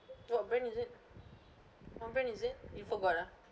what brand is it what brand is it you forgot ah